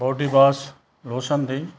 body wash lotion the